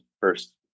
first